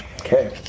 Okay